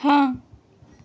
ہاں